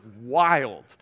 wild